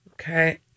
Okay